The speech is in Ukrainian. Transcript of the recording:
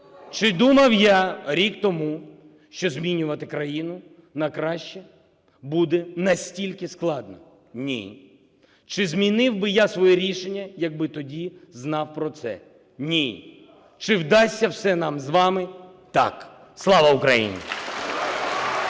Чи думав я рік тому, що змінювати країну на краще буде настільки складно? Ні. Чи змінив би я своє рішення, якби тоді знав про це? Ні. Чи вдасться все нам з вами? Так. Слава Україні!